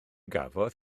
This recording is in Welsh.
gafodd